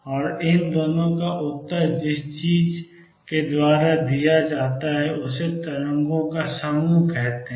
और इन दोनों का उत्तर जिस चीज द्वारा दिया जाता है उसे तरंगों का समूह कहते हैं